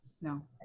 No